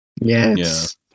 Yes